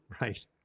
Right